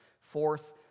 Fourth